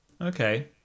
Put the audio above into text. Okay